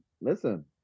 listen